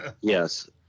Yes